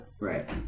Right